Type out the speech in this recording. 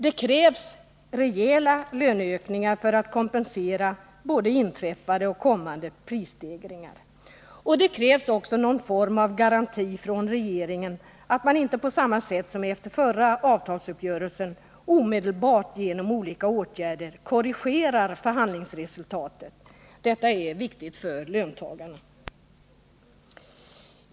Det krävs rejäla löneökningar för att kompensera både inträffade och kommande prisstegringar. Det krävs också någon form av garanti från regeringen att man inte på samma sätt som efter förra avtalsuppgörelsen omedelbart genom olika åtgärder korrigerar förhandlingsresultatet. Detta är viktigt för löntagarna.